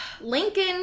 Lincoln